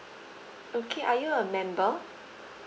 okay are you a member